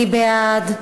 מי בעד?